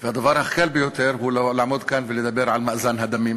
והדבר הקל ביותר הוא לעמוד כאן ולדבר על מאזן הדמים,